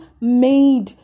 made